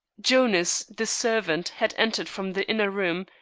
jonas, the servant, had entered from the inner room,